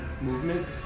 movement